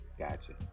Gotcha